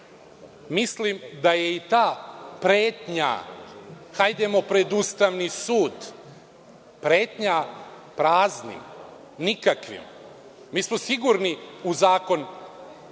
reda. Mislim da je i ta pretnja – hajdemo pred Ustavni sud pretnja praznim, nikakvim. Mi smo sigurni u zakon